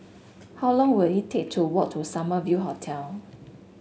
how long will it take to walk to Summer View Hotel